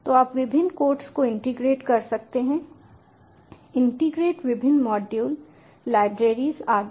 तो आप विभिन्न कोड्स को इंटीग्रेट कर सकते हैं इंटीग्रेट विभिन्न मॉड्यूल लाइब्रेरीज आदि